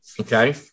okay